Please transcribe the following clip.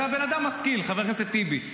אתה בן אדם משכיל, חבר הכנסת טיבי.